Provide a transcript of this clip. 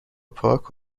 پاک